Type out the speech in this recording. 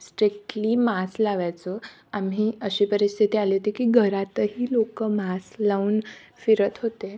strictly mask लावायचं आम्ही अशी परिस्थिती आली होती की घरातही लोक मास लावून फिरत होते